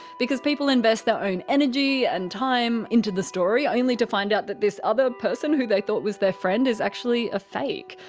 because people invest their own energy and time into the story, only to find out that this other person, who they thought was their friend is actually a fake.